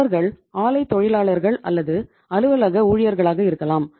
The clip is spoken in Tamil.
அவர்கள் ஆலைத் தொழிலாளர்கள் அல்லது அலுவலக ஊழியர்களாக இருக்கலாம்